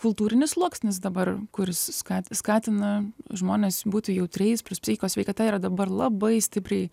kultūrinis sluoksnis dabar kuris skatin skatina žmones būti jautriais plius psichikos sveikata yra dabar labai stipriai